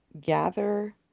gather